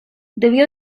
debió